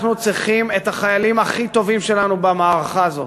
אנחנו צריכים את החיילים הכי טובים שלנו במערכה הזאת: